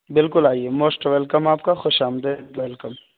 بالکل آئیے most welcome آپ کا خوش آمدید ویلکم